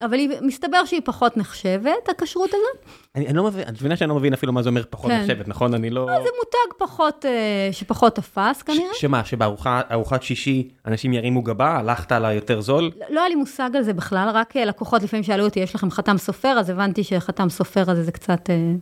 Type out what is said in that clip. אבל מסתבר שהיא פחות נחשבת, הכשרות הזאת. אני לא מבין, את מבינה שאני לא מבין אפילו מה זה אומר פחות נחשבת, נכון? אני לא... זה מותג פחות, שפחות תפס כנראה. שמה, שבארוחת שישי אנשים ירימו וגבה, הלכת על היותר זול? לא היה לי מושג על זה בכלל, רק לקוחות לפעמים שאלו אותי, יש לכם חתם סופר, אז הבנתי שחתם סופר הזה זה קצת...